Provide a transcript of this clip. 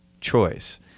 choice